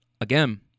again